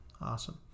Awesome